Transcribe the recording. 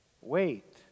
Wait